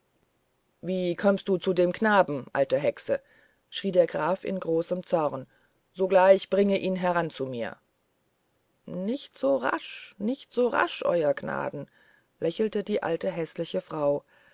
wie kömmst du zu dem knaben alte hexe schrie der graf in großem zorn sogleich bringe ihn heran zu mir nicht so rasch nicht so rasch euer gnaden lachte die alte häßliche frau